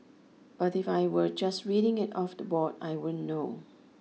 but if I were just reading it off the board I wouldn't know